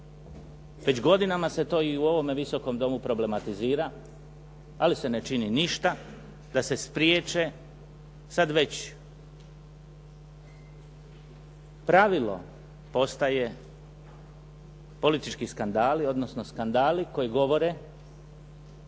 već godinama se to i u ovom Visokom domu problematizira, ali se ne čini ništa da se spriječe. Sad već pravilo postaje politički skandali odnosno skandali koji govore